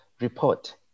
report